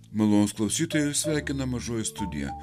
malonūs klausytojai jus sveikina mažoji studija